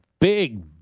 big